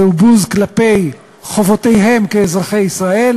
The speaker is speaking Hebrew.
זהו בוז כלפי חובותיהם כאזרחי ישראל,